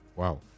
Wow